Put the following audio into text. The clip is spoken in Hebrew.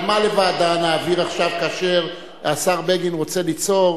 מה נעביר עכשיו לוועדה כאשר השר בגין רוצה ליצור,